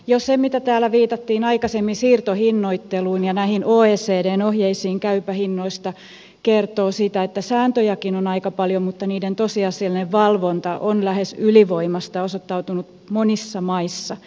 jo se miten täällä viitattiin aikaisemmin siirtohinnoitteluun ja näihin oecdn ohjeisiin käyvistä hinnoista kertoo siitä että sääntöjäkin on aika paljon mutta niiden tosiasiallinen valvonta on monissa maissa osoittautunut lähes ylivoimaiseksi